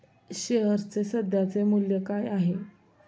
शेअर्सचे सध्याचे मूल्य काय आहे?